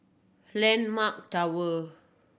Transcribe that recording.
Landmark Tower